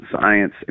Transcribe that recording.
science